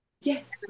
Yes